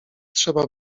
trzeba